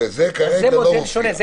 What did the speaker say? זה מודל שונה.